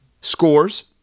scores